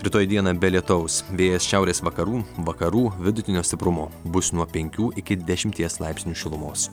rytoj dieną be lietaus vėjas šiaurės vakarų vakarų vidutinio stiprumo bus nuo penkių iki dešimties laipsnių šilumos